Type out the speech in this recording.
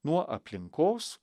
nuo aplinkos